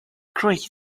great